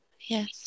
Yes